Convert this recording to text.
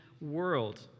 world